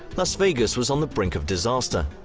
las vegas was on the brink of disaster.